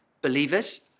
Believers